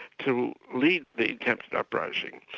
to lead the attempted uprising,